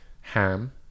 ham